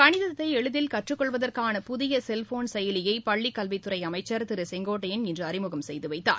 கணிதத்தைளிதில் கற்றுக்கொள்வதற்கான புதியசெல்போன் செயலியைபள்ளிக்கல்வித்துறைஅமைச்சர் திருசெங்கோட்டையன் இன்றுஅறிமுகம் செய்துவைத்தார்